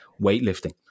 weightlifting